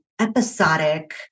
episodic